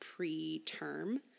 preterm